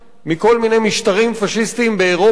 מכל מיני משטרים פאשיסטיים באירופה?